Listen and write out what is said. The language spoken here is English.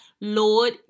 Lord